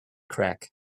crack